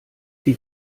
die